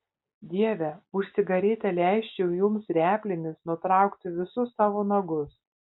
dieve už cigaretę leisčiau jums replėmis nutraukti visus savo nagus